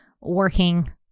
working